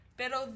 pero